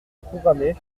programmé